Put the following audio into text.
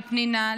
לפנינה,